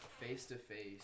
face-to-face